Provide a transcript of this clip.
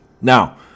Now